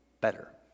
better